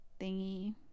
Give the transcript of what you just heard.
thingy